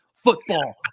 football